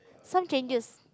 some changes